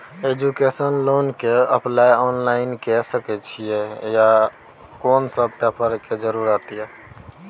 Education loan के apply online के सके छिए आ कोन सब पेपर के जरूरत इ?